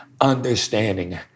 understanding